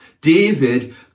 David